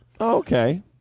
Okay